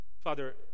Father